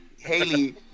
Haley